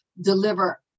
deliver